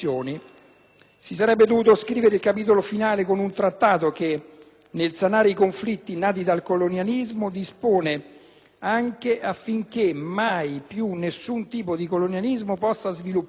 Si sarebbe dovuto scrivere il capitolo finale con un Trattato che, nel sanare i conflitti nati dal colonialismo, dispone anche affinché mai più nessun tipo di colonialismo possa svilupparsi,